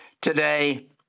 Today